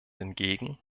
entgegen